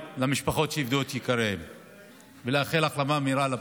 כי זה בסופו של דבר דמוקרטיה מתגוננת בבייסיק שלה,